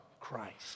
Christ